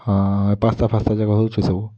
ହଁ ପାସ୍ତା ଫାସ୍ତା ଯାକ ହୋଉଛେ ସବୁ